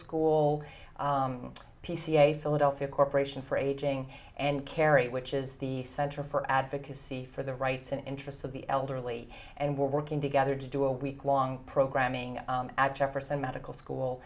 school p c a philadelphia corporation for aging and carrie which is the center for advocacy for the rights and interests of the elderly and we're working together to do a week long programming at jefferson medical school